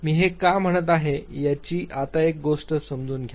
मी हे का म्हणत आहे याची आता एक गोष्ट समजून घ्या